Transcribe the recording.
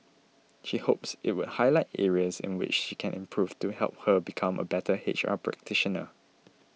she hopes it would highlight areas in which she can improve to help her become a better H R practitioner